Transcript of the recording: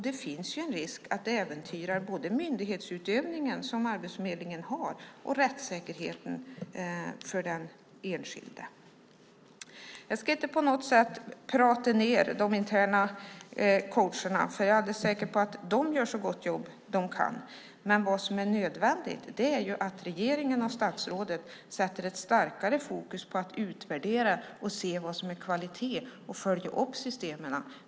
Det finns en risk att det äventyrar både myndighetsutövningen som Arbetsförmedlingen har och rättssäkerheten för den enskilde. Jag ska inte på något sätt prata ned de interna coacherna; jag är alldeles säker på att de gör ett så gott jobb de kan. Men vad som är nödvändigt är att regeringen och statsrådet sätter ett starkare fokus på att utvärdera, se vad som är kvalitet och följa upp systemen.